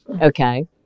Okay